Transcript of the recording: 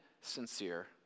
sincere